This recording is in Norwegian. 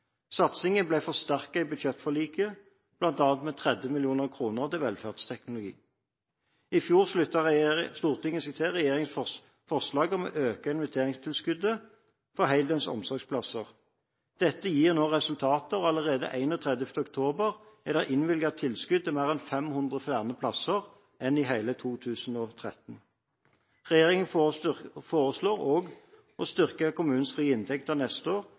Satsingen ble forsterket i budsjettforliket, bl.a. med 30 mill. kr til velferdsteknologi. I fjor sluttet Stortinget seg til regjeringens forslag om å øke investeringstilskuddet for heldøgns omsorgsplasser. Dette gir nå resultater. Allerede 31. oktober er det innvilget tilskudd til mer enn 500 flere plasser enn i hele 2013. Regjeringen foreslår også å styrke kommunenes frie inntekter neste år